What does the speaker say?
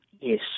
Yes